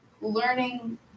learning